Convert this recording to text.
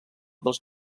dels